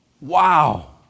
Wow